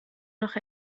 noch